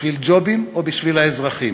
בשביל ג'ובים או בשביל האזרחים?